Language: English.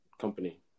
company